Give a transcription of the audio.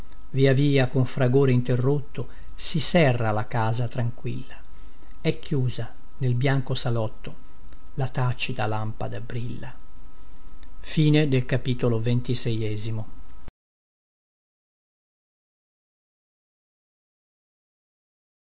via via con fragore interrotto si serra la casa tranquilla è chiusa nel bianco salotto la tacita lampada brilla o